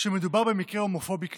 שמדובר במקרה הומופובי קלאסי.